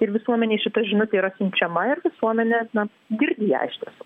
ir visuomenei šita žinutė yra siunčiama ir visuomenė na girdi ją iš tiesų